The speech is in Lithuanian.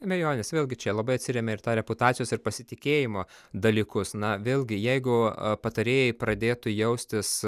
abejonės vėlgi čia labai atsiremia ir ta reputacijos ir pasitikėjimo dalykus na vėlgi jeigu patarėjai pradėtų jaustis